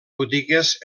botigues